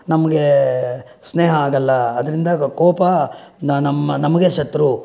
ನಮಗೆ ಸ್ನೇಹ ಆಗಲ್ಲ ಅದರಿಂದ ಕೋಪ ನಮ್ಮ ನಮಗೆ ಶತ್ರು